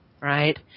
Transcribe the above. right